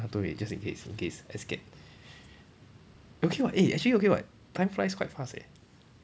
one hour two minute just in case in case I scared okay [what] eh actually okay [what] time flies quite fast eh